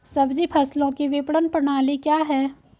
सब्जी फसलों की विपणन प्रणाली क्या है?